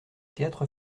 théâtre